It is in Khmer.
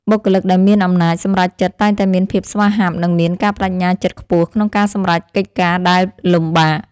បុគ្គលិកដែលមានអំណាចសម្រេចចិត្តតែងតែមានភាពស្វាហាប់ និងមានការប្តេជ្ញាចិត្តខ្ពស់ក្នុងការសម្រេចកិច្ចការដែលលំបាក។